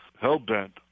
hell-bent